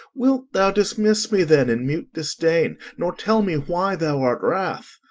wilt thou dismiss me then in mute disdain, nor tell me why thou art wrath?